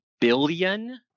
billion